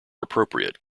appropriate